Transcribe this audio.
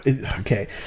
okay